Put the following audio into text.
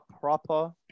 proper